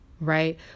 right